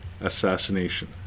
assassination